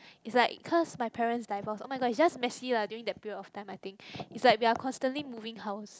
is like cause my parents divorce oh-my-god is just messy lah during that period of time I think is like we are constantly moving house